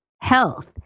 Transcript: health